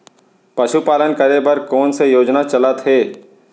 पशुपालन करे बर कोन से योजना चलत हे?